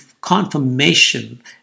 confirmation